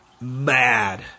mad